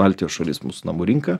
baltijos šalis mūsų namų rinka